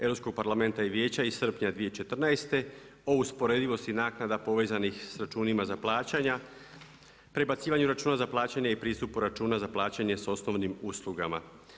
Europskog parlamenta i vijeća iz srpnja 2014., o usporedivosti naknada povezanih s računima za plaćanja, prebacivanju s računa za plaćanje i pristupu računa za plaćanje s osnovnim uslugama.